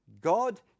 God